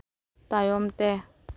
ᱛᱟᱭᱚᱢ ᱛᱮ